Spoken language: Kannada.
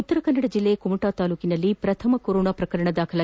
ಉತ್ತರ ಕನ್ನಡ ಜಿಲ್ಲೆಯ ಕುಮಟಾ ತಾಲೂಕಿನಲ್ಲಿ ಪ್ರಥಮ ಕೊರೋನಾ ಪ್ರಕರಣ ದಾಖಲಾಗಿದೆ